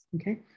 okay